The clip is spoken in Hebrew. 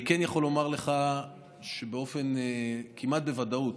אני כן יכול לומר לך שבאופן כמעט ודאי,